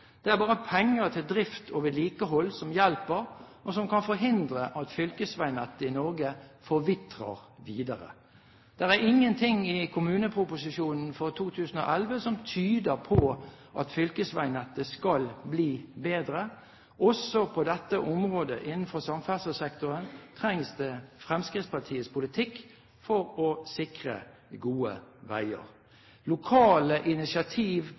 Det er bare penger til drift og vedlikehold som hjelper, og som kan forhindre at fylkesveinettet i Norge forvitrer videre. Det er ingenting i kommuneproposisjonen for 2011 som tyder på at fylkesveinettet skal bli bedre. Også på dette området innenfor samferdselssektoren trengs det fremskrittspartipolitikk for å sikre gode veier. Lokale initiativ